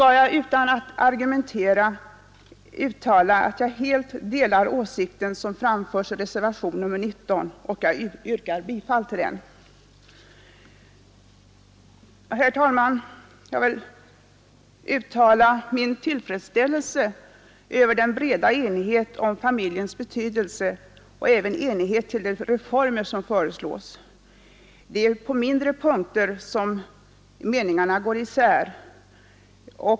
a föräldrar att utöva vårdnaden gemensamt, uttala kt som framförs i reservationen 19, vilken jag yrkar Nr 106 Herr talman! Jag vill uttala min tillfredsställelse över den breda Fredagen den enigheten om familjens betydelse liksom enigheten om de reformer som 1 juni 1973 föreslås. Det är på mindre punkter som meningarna går isär.